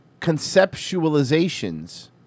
conceptualizations